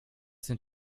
sind